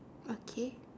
okay